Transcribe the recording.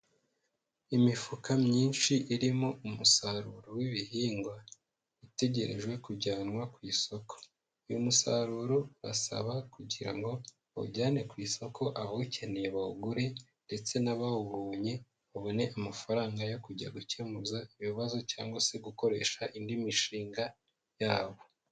Imifuka myinshi irimo umusaruro w'ibihingwa utegerejwe kujyanwa ku isoko, uyu musaruro basaba kugira ngo bawujyane ku isoko awukeneye bawugure ndetse n'abawubonye babone amafaranga yo kujya gukemuraza ibibazo cyangwa se gukoresha indi mishinga yabo.